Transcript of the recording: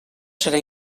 serà